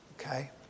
Okay